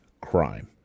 crime